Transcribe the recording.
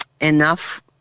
enough